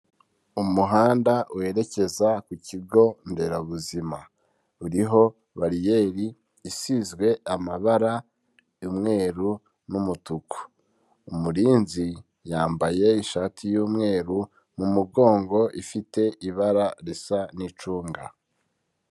Umuhanda werekeza ku kigo nderabuzima uriho bariyeri isizwe amabara y'umweruru n' numutuku, umurinzi yambaye ishati y'umweru mu mugongo ifite ibara risa n'icunga.